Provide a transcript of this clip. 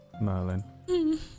Merlin